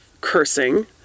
cursing